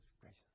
gracious